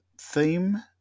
theme